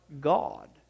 God